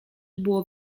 było